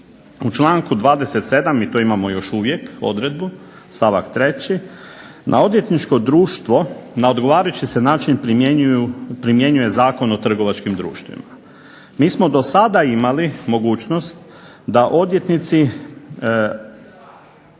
u članku 27., i to imamo još uvijek odredbu, stavak 3. na odvjetničko društvo na odgovarajući se način primjenjuje Zakon o trgovačkim društvima. Mi smo do sada imali mogućnost da odvjetnici